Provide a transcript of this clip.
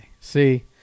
See